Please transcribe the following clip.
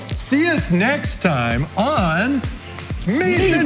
see us next time on meet